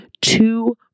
two